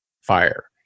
fire